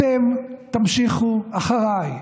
אתם תמשיכו אחריי,